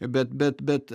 bet bet bet